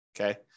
Okay